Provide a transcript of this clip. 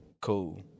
cool